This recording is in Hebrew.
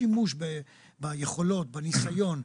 שימוש ביכולות ובניסיון,